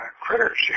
critters